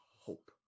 hope